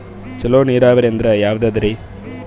ಚಲೋ ನೀರಾವರಿ ಅಂದ್ರ ಯಾವದದರಿ?